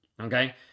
okay